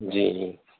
جی جی